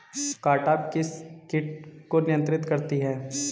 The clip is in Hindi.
कारटाप किस किट को नियंत्रित करती है?